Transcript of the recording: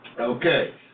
Okay